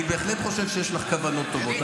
אני בהחלט חושב שיש לך כוונות טובות,